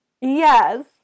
Yes